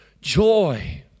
joy